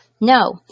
No